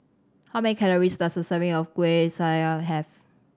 how many calories does a serving of Kuih Syara have